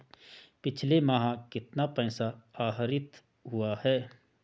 पिछले माह कितना पैसा आहरित हुआ है?